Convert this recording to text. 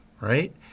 right